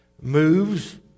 moves